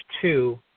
two